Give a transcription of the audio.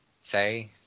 say